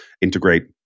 integrate